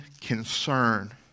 concern